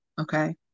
okay